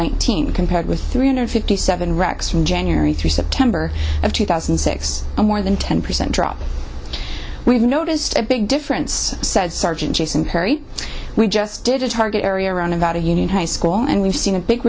nineteen compared with three hundred fifty seven wrecks from january through september of two thousand and six a more than ten percent drop we've noticed a big difference said sergeant jason perry we just did a target area around about a union high school and we've seen a big